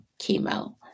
chemo